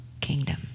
kingdom